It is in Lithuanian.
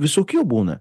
visokių būna